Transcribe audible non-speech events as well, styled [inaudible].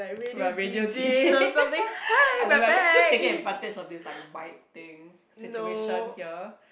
we are radio DJs [laughs] I love it just just taking advantage of this like mic thing situation here